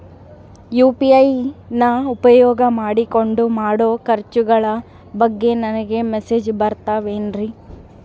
UPI ನ ಉಪಯೋಗ ಮಾಡಿಕೊಂಡು ಮಾಡೋ ಖರ್ಚುಗಳ ಬಗ್ಗೆ ನನಗೆ ಮೆಸೇಜ್ ಬರುತ್ತಾವೇನ್ರಿ?